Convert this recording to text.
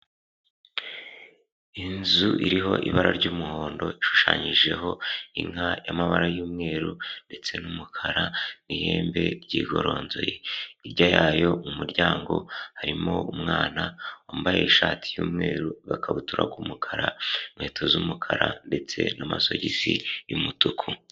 Inzu iriho ibara ry'umuhondo ishushanyijeho inka y'amabara y'umweru, ndetse n'umukara n'ihembe ryigororonzoye, hirya yayo mu muryango, harimo umwana wambaye ishati y'umweru n'ikabutura k'umukara, inkweto z'umukara ndetse n'amasogisi y'umutuku.